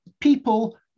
people